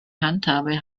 handhabe